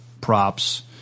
props